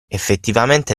effettivamente